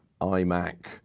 iMac